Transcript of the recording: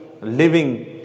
living